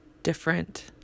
different